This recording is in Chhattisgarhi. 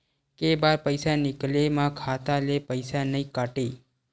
के बार पईसा निकले मा खाता ले पईसा नई काटे?